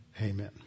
amen